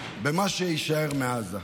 במה שיישאר מעזה.